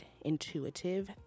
intuitive